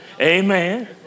Amen